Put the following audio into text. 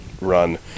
run